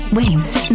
Waves